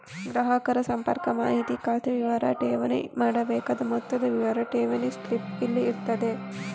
ಗ್ರಾಹಕರ ಸಂಪರ್ಕ ಮಾಹಿತಿ, ಖಾತೆ ವಿವರ, ಠೇವಣಿ ಮಾಡಬೇಕಾದ ಮೊತ್ತದ ವಿವರ ಠೇವಣಿ ಸ್ಲಿಪ್ ನಲ್ಲಿ ಇರ್ತದೆ